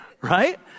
right